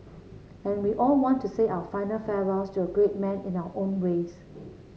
and we all want to say our final farewells to a great man in our own ways